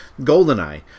Goldeneye